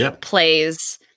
plays